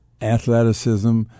athleticism